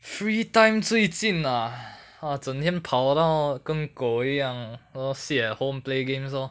free time 最近 ah ah 整天跑到跟狗一样 or sit at home play games lor